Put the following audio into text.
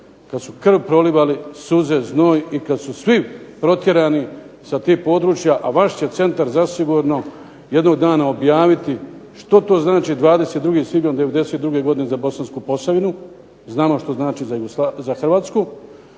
kad su krv prolivali, suze, znoj i kad su svi protjerani sa tih područja, a vaš će centar zasigurno jednog dana objaviti što to znači 22. svibnja '92. godine za Bosansku Posavinu, znamo što znači za Hrvatsku.